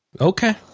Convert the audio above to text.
Okay